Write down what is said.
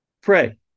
pray